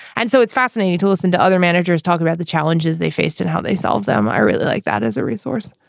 and so it's fascinating to listen to other managers talk about the challenges they faced and how they solved them. i really like that as a resource.